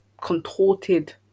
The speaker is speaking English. contorted